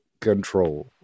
control